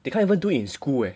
they can't even do in in school eh